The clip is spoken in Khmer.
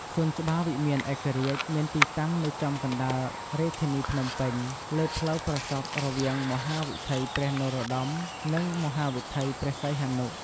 សួនច្បារវិមានឯករាជ្យ មានទីតាំងនៅចំកណ្តាលរាជធានីភ្នំពេញ លើផ្លូវប្រសព្វរវាងមហាវិថីព្រះនរោត្តម និងមហាវិថីព្រះសីហនុ។